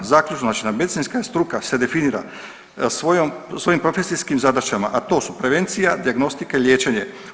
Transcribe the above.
Zaključno, znači medicinska struka se definira svojom, svojim profesijskim zadaćama, a to su prevencija, dijagnostika i liječenje.